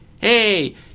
Hey